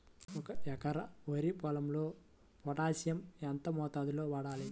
ఒక ఎకరా వరి పొలంలో పోటాషియం ఎంత మోతాదులో వాడాలి?